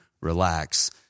relax